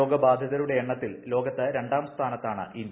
രോഗബാധിതരുടെ എണ്ണത്തിൽ ലോകത്ത് രണ്ടാം സ്ഥാനത്താണ് ഇന്ത്യ